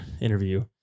interview